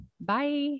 Bye